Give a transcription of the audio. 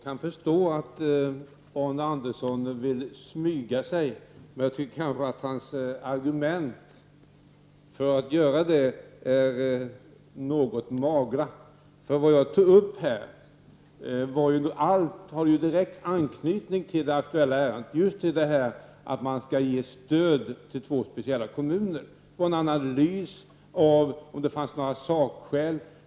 Herr talman! Jag kan förstå att Arne Andersson vill smyga sig, men jag tycker att hans argument för att göra det är något magra. Vad jag tog upp här hade ju direkt anknytning till det aktuella ärendet, att man skall ge stöd till två speciella kommuner och få en analys av om det fanns sakskäl till det.